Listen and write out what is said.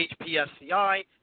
HPSCI